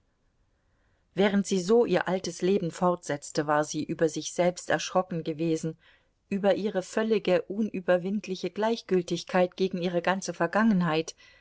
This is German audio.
während sie so ihr altes leben fortsetzte war sie über sich selbst erschrocken gewesen über ihre völlige unüberwindliche gleichgültigkeit gegen ihre ganze vergangenheit